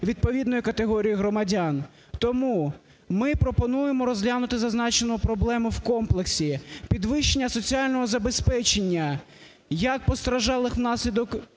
відповідної категорії громадян. Тому ми пропонуємо розглянути зазначену проблему в комплексі. Підвищення соціального забезпечення як постраждалих внаслідок